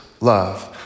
love